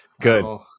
Good